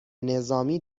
نظامی